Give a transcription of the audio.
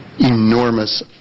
enormous